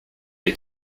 est